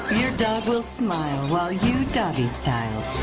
your dog will smile while you doggy-style.